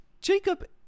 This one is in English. Jacob